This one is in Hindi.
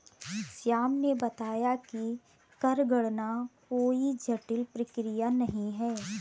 श्याम ने बताया कि कर गणना कोई जटिल प्रक्रिया नहीं है